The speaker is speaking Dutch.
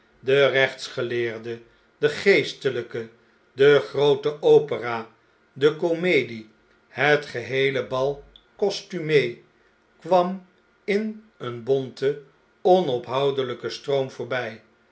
de rechtsgeleerde de geesteljjke de groote opera de komedie het geheele bal costume kwam in een bonten onophoudelijken stroom voorbjj